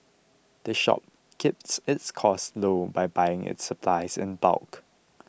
the shop keeps its costs low by buying its supplies in bulk